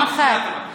פעם אחת.